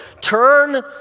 turn